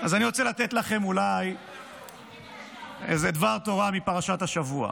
אני רוצה לתת לכם דבר תורה מפרשת השבוע.